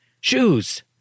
Shoes